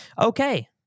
Okay